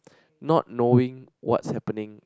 not knowing what's happening